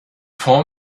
form